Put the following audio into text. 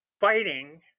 fighting